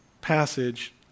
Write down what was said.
passage